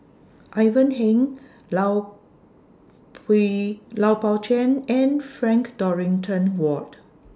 Ivan Heng Lao Lao Pao Chuen and Frank Dorrington Ward